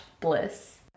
bliss